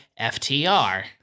FTR